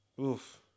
Oof